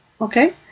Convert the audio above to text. Okay